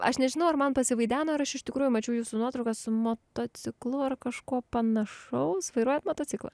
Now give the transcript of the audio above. aš nežinau ar man pasivaideno ar aš iš tikrųjų mačiau jūsų nuotrauką su motociklu ar kažko panašaus vairuojat motociklą